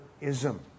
ism